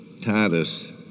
Titus